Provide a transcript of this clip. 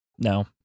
No